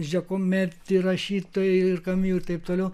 žekumet rašytojai ir kamiu ir taip toliau